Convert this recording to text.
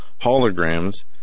holograms